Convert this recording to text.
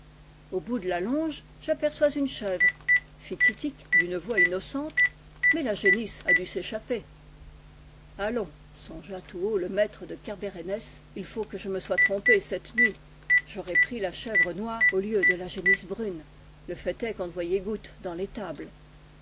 au bout de la longe j'aperçois une chèvre fit titik d'une voix innocente mais la génisse a dû s'échapper allons songea tout haut le maître de kerbérenaès il faut que je me sois trompé cette nuit j'aurai pris la chèvre noire au lieu de la génisse brune le fait est qu'on ne voyait goutte dans l'étable